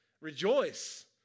rejoice